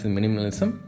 Minimalism